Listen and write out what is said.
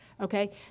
okay